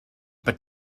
but